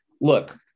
look